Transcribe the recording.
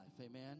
Amen